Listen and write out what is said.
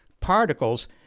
particles